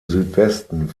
südwesten